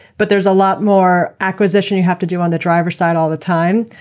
but there's a lot more acquisition you have to do on the driver side all the time.